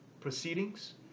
proceedings